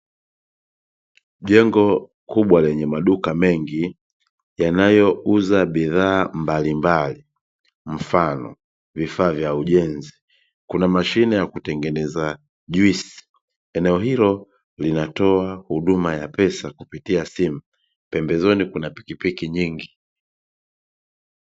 Jengo kubwa lenye maduka mengi yanayouza bidhaa mbalimbali, mfano vifaa vua ujenzi. Kuna mashine ya kutengeneza juisi. Eneo hilo linatoa huduma ya pesa kupitia simu, pembezoni kuna pikipiki nyingi.